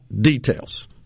details